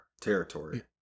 territory